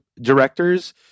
directors